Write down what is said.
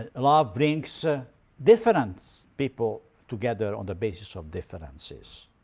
ah love brings different people together on the basis of differences.